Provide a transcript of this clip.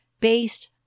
based